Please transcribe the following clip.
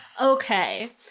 Okay